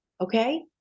okay